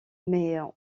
mais